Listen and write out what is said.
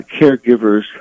caregivers